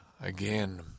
again